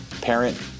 parent